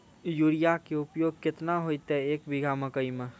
Urea के उपयोग केतना होइतै, एक बीघा मकई मे?